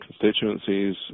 constituencies